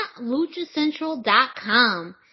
LuchaCentral.com